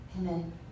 Amen